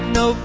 no